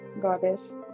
Goddess